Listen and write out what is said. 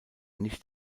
nicht